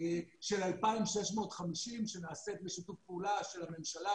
שנעשית בשיתוף פעולה של הממשלה,